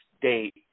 date